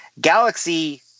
Galaxy